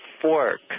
fork